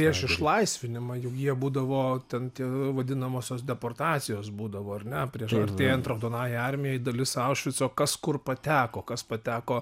prieš išlaisvinimą juk jie būdavo ten tie vadinamosios deportacijos būdavo ar ne prieš artėjant raudonajai armijai dalis aušvico kas kur pateko kas pateko